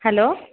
hello